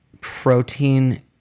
Protein